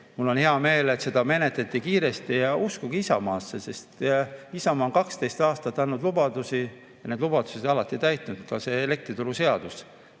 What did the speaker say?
Mul on hea meel, et seda menetleti kiiresti. Ja uskuge Isamaasse, sest Isamaa on 12 aastat andnud lubadusi ja oma lubadused alati täitnud. Ka see elektrituruseadus.